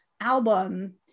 album